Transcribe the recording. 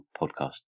podcast